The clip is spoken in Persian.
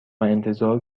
انتظار